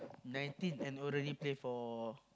nineteen and already play for